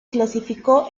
clasificó